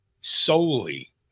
solely